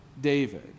David